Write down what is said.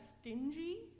stingy